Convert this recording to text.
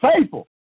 faithful